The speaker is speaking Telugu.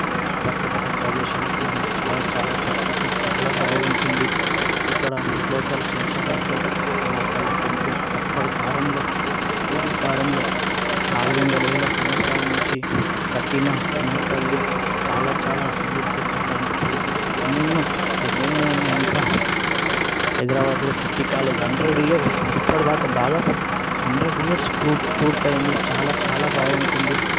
ప్రకటన ప్రదేశాలకు మనం చాలా చాలా ప్రకృతి చాలా బాగుంటుంది ఇక్కడ లోకల్ శంషాబాద్లో అమ్మపల్లి టెంపుల్ అప్పటి కాలంలో పూర్వకాలంలో నాలుగు వందల ఏళ్ళ సంవత్సరాల నుంచి కట్టిన అమ్మపల్లి చాలా చాలా సిద్దులగుట్ట ఇలాంటి ప్లేసెస్ ఎన్నెన్నో ఎన్నెన్నో ఉన్నాయి ఇంకా హైదరాబాదులో సిటీ కాలేజ్ హండ్రెడ్ ఇయర్స్ ఇప్పటిదాకా దాదాపు హండ్రెడ్ ఇయర్స్ పూ పూర్తయింది చాలా చాలా బాగుంటుంది